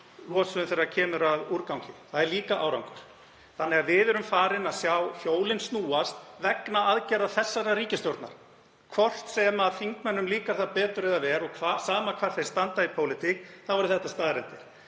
losun þegar kemur að úrgangi. Það er líka árangur. Við erum farin að sjá hjólin snúast vegna aðgerða þessarar ríkisstjórnar. Hvort sem þingmönnum líkar það betur eða verr og sama hvar þeir standa í pólitík þá eru þetta staðreyndir.